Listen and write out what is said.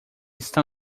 está